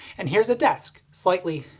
and here's a desk! slightly,